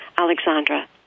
Alexandra